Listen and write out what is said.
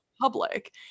public